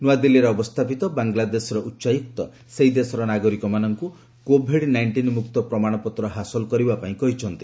ନ୍ତ୍ରଆଦିଲ୍ଲୀରେ ଅବସ୍ଥାପିତ ବାଂଲାଦେଶର ଉଚ୍ଚାୟୁକ୍ତ ସେହି ଦେଶର ନାଗରିକମାନଙ୍କୁ କୋଭିଡ୍ ନାଇଷ୍ଟିନ୍ ମୁକ୍ତ ପ୍ରମାଣପତ୍ର ହାସଲ କରିବା ପାଇଁ କହିଛନ୍ତି